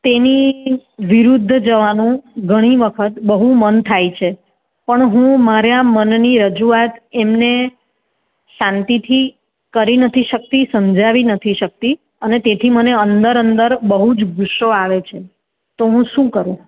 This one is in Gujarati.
તેની વિરુદ્ધ જવાનું ઘણી વખત બહુ મન થાય છે પણ હું મારે આ મનની રજૂઆત એમને શાંતિથી કરી નથી શકતી સમજાવી નથી શકતી અને તેથી મને અંદર અંદર બહુ જ ગુસ્સો આવે છે તો હું શું કરું